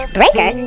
Breaker